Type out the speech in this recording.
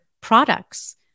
products